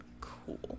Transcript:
cool